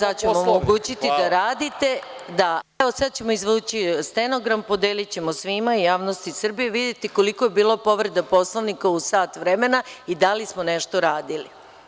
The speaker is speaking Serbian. Sad ću vam omogućiti da radite, evo sad ćemo izvući stenogram, podelićemo svima i javnosti i Srbiji da vidite koliko je bilo povrede Poslovnika u sat vremena i da li smo nešto raditi.